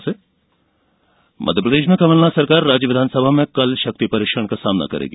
budget सत्र मध्यप्रदेश में कमलनाथ सरकार राज्य विधानसभा में कल शक्ति परीक्षण का सामना करेगी